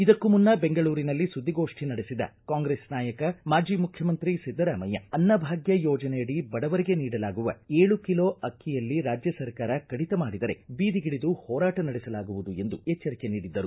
ಇದಕ್ಕೂ ಮುನ್ನ ಬೆಂಗಳೂರಿನಲ್ಲಿ ಸುದ್ದಿಗೋಷ್ಟಿ ನಡೆಸಿದ ಕಾಂಗ್ರೆಸ್ ನಾಯಕ ಮಾಜಿ ಮುಖ್ಯಮಂತ್ರಿ ಸಿದ್ದರಾಮಯ್ಯ ಅನ್ನಭಾಗ್ಯ ಯೋಜನೆಯಡಿ ಬಡವರಿಗೆ ನೀಡಲಾಗುವ ಏಳು ಕಿಲೋ ಅಕ್ಕಿಯಲ್ಲಿ ರಾಜ್ಯ ಸರ್ಕಾರ ಕಡಿತ ಮಾಡಿದರೆ ಬೀದಿಗಿಳಿದು ಹೋರಾಟ ನಡೆಸಲಾಗುವುದು ಎಂದು ಎಚ್ಚರಿಕೆ ನೀಡಿದ್ದರು